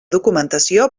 documentació